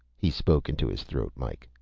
he spoke into his throat mike.